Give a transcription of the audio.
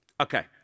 Okay